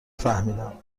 فهمیدم